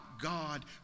God